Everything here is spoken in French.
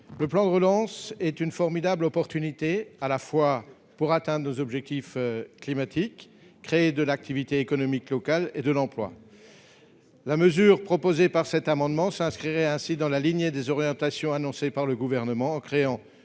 Le plan de relance est une formidable opportunité à la fois pour atteindre nos objectifs climatiques et pour créer de l'activité économique locale ainsi que de l'emploi. Cette mesure s'inscrirait ainsi dans la lignée des orientations annoncées par le Gouvernement en créant